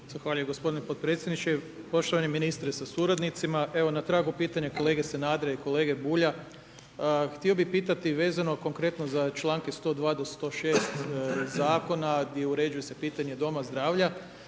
Zahvaljujem gospodine potpredsjedniče. Poštovani ministre sa suradnicima, evo na tragu pitanja kolege Sanadera i kolege Bulja htio bih pitati vezano konkretno za članke 102. do 106. zakona gdje uređuje se pitanje doma zdravlja.